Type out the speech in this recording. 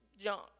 junk